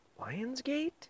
Lionsgate